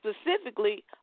Specifically